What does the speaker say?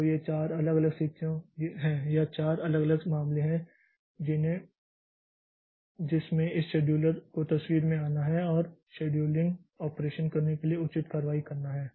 तो ये चार अलग अलग स्थितियाँ हैं या चार अलग अलग मामले हैं जिनमें इस शेड्यूलर को तस्वीर में आना है और शेड्यूलिंग ऑपरेशन करने के लिए उचित कार्रवाई करना है